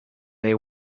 they